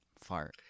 Fart